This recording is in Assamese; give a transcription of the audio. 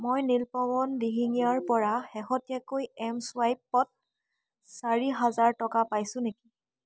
মই নীলপৱন দিহিঙীয়াৰপৰা শেহতীয়াকৈ এম চুৱাইপত চাৰি হাজাৰ টকা পাইছোঁ নেকি